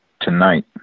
tonight